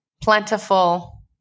plentiful